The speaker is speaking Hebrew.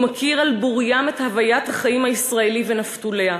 ומכיר על בוריים את הוויית החיים הישראלית ואת נפתוליה.